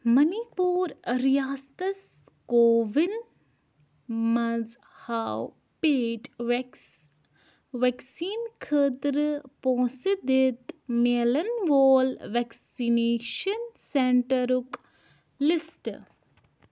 money پوٗر ریاستس CoWIN منٛز ہاو پیڈ وٮ۪کٕس وٮ۪کسیٖن خٲطرٕ پونٛسہٕ دِتھ مِلن وول وٮ۪کسِنیٚشن سینٹرُک لِسٹ